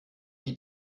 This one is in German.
die